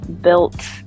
built